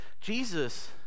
Jesus